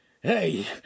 Hey